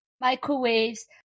microwaves